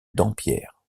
dampierre